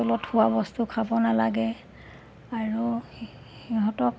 তলত হোৱা বস্তু খাব নালাগে আৰু সিহঁতক